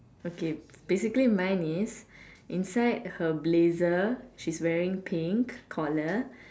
okay basically mine is inside her blazer she's wearing pink collar